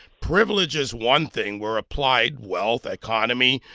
privilege is one thing, where applied wealth, economy,